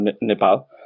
Nepal